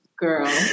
Girl